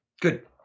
Good